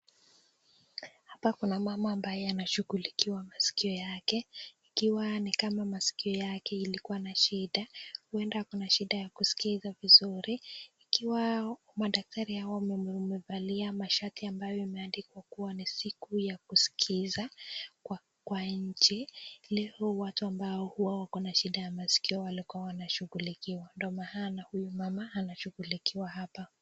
Hapa Kuna mama ambaye anashughulikiwa maskio yake, ikiwa ni kama maskio yake ilikuwa na shida huenda akonaa shida ya kuskia vizuri. Ikiwa madaktari hawa wamevalia mashati ambayo imeandikwa kuwa ni siku ya kuskizaa kwa nchi. Leo watu ambao huwa wako na shida ya masikio walikuwa wanashughulikiwa, ndio maana huyu mama anashughulikiwa hapa.